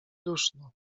duszno